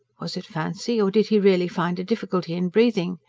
was it fancy, or did he really find a difficulty in breathing?